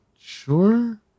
sure